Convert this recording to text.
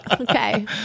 Okay